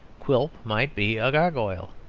quilp might be a gargoyle.